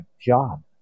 job